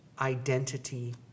identity